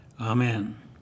Amen